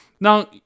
now